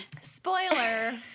spoiler